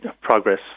progress